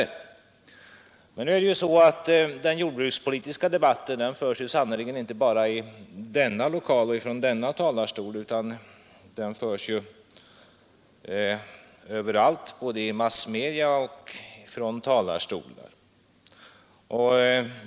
Men den jordbrukspolitiska debatten förs sannerligen inte bara i denna lokal, utan den förs överallt i massmedia och från olika talarstolar.